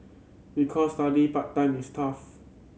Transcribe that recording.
because studying part time is tough